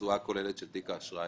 - בתשואה הכוללת של תיק האשראי.